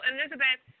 Elizabeth